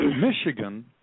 Michigan